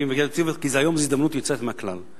כי היום זאת הזדמנות יוצאת מן הכלל.